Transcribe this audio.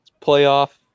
Playoff